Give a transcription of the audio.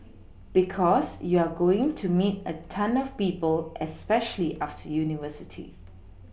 because you're going to meet a ton of people especially after university